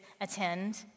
attend